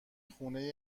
خونه